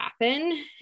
happen